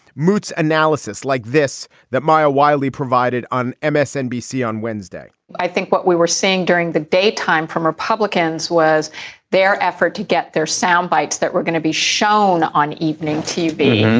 moots analysis like this that maya wiley provided on ah msnbc on wednesday i think what we were saying during the day time from republicans was their effort to get their soundbites that were going to be shown on evening tv.